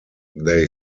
they